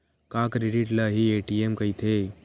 का क्रेडिट ल हि ए.टी.एम कहिथे?